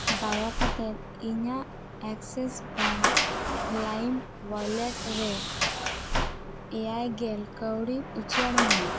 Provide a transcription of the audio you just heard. ᱫᱟᱭᱟ ᱠᱟᱛᱮᱫ ᱤᱧᱟᱹᱜ ᱮᱠᱥᱤᱥ ᱵᱮᱝᱠ ᱞᱟᱭᱤᱢ ᱳᱭᱟᱞᱮᱴ ᱨᱮ ᱮᱭᱟᱭ ᱜᱮᱞ ᱠᱟᱹᱣᱰᱤ ᱩᱪᱟᱹᱲ ᱢᱮ